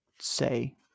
say